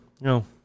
no